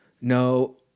No